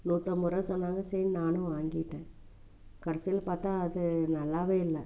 நூற்றம்பது ருபா சொன்னாங்க சரின்னு நானும் வாங்கிட்டேன் கடைசியில பார்த்தா அது நல்லாவே இல்லை